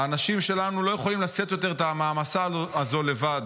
האנשים שלנו לא יכולים לשאת יותר את המעמסה הזו לבד.